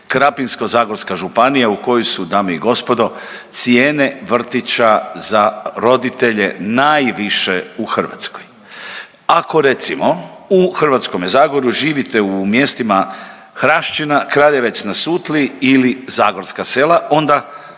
Krapinsko-zagorska županija u kojoj su, dame i gospodo, cijene vrtića za roditelje najviše u Hrvatskoj. Ako, recimo, u Hrvatskome zagorju živite u mjestima Hrašćina, Kraljevec na Sutli ili Zagorska Sela, onda